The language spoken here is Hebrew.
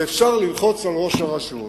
ואפשר ללחוץ על ראש הרשות.